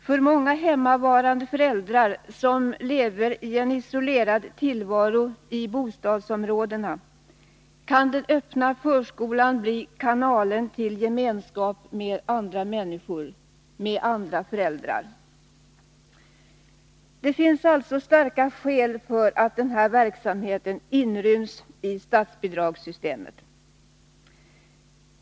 För många hemmavarande föräldrar, som lever isolerade i bostadsområdena, kan den öppna förskolan bli kanalen till gemenskap med andra människor, med andra föräldrar. Det finns alltså starka skäl för att den här verksamheten inryms i statsbidragssystemet.